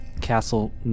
Castle